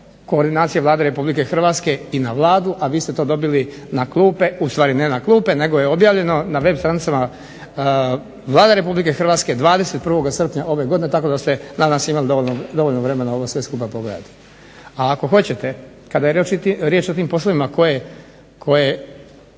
koordinacije Vlade RH i na Vladu, a vi ste to dobili na klupe, ustvari ne na klupe nego je objavljeno na web stranicama Vlada RH 21. srpnja ove godine tako da ste nadam se imali dovoljno vremena ovo sve skupa pogledati. A ako hoćete kada je riječ o tim poslovima koje